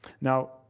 Now